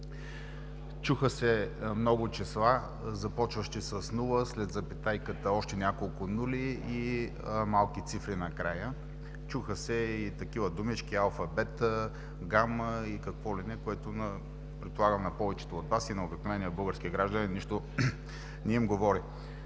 Чуха се много числа, започващи с нула, след запетайката още няколко нули и малко цифри накрая, чуха се и такива думички „алфа“, „бета“, „гама“ и какво ли не, което, предполагам на повечето от Вас и на обикновения българския гражданин, нищо не им говорят